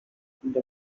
the